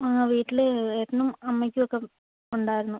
അ വീട്ടിൽ ഏട്ടനും അമ്മയ്ക്കും ഒക്കെ ഉണ്ടായിരുന്നു